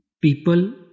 People